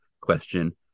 question